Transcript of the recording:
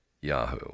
Yahoo